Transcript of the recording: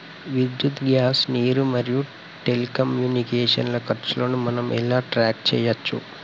విద్యుత్ గ్యాస్ నీరు మరియు టెలికమ్యూనికేషన్ల ఖర్చులను మనం ఎలా ట్రాక్ చేయచ్చు?